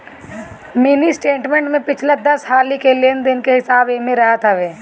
mini statement में पिछला दस हाली के लेन देन के हिसाब एमे रहत हवे